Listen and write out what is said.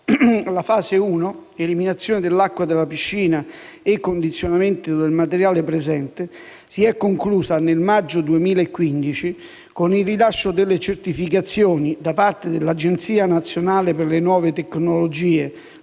La fase uno (eliminazione dell'acqua della piscina e condizionamento del materiale presente) si è conclusa nel maggio 2015 con il rilascio delle certificazioni, da parte dell'Agenzia nazionale per le nuove tecnologie,